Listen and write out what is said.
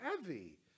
heavy